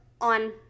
on